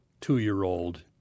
two-year-old